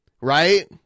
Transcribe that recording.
right